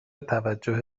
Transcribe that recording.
توجه